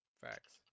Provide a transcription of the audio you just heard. Facts